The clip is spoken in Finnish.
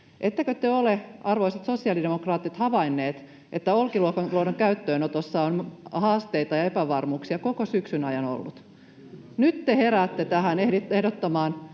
Ettekö te ole, arvoisat sosiaalidemokraatit, havainneet, että Olkiluodon käyttöönotossa on ollut haasteita ja epävarmuuksia koko syksyn ajan? Nyt te heräätte tähän ehdottamaan